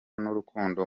n’urukundo